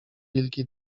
wilki